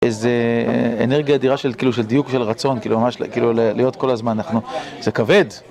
איזו אנרגיה אדירה של דיוק ושל רצון, כאילו, להיות כל הזמן אנחנו... זה כבד!